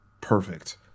perfect